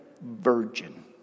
virgin